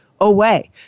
away